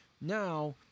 now